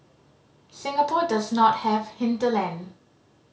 Singapore does not have hinterland